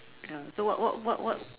ya so what what what what